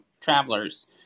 travelers